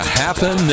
happen